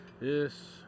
Yes